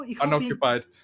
unoccupied